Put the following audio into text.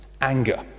anger